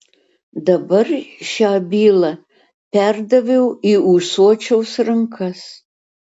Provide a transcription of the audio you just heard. dabar šią bylą perdaviau į ūsočiaus rankas